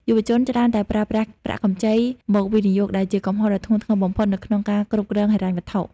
យុវជនច្រើនតែប្រើប្រាស់ "ប្រាក់កម្ចី" មកវិនិយោគ ដែលជាកំហុសដ៏ធ្ងន់ធ្ងរបំផុតនៅក្នុងការគ្រប់គ្រងហិរញ្ញវត្ថុ។